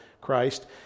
Christ